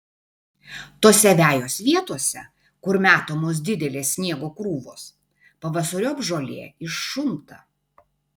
tose vejos vietose kur metamos didelės sniego krūvos pavasariop žolė iššunta